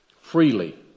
freely